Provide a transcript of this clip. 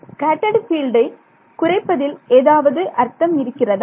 scattered பீல்டை குறைப்பதில் ஏதாவது அர்த்தம் இருக்கிறதா